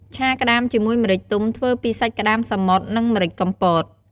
ឆាក្តាមជាមួយម្រេចទុំធ្វើពីសាច់ក្តាមសមុទ្រ និងម្រេចកំពត។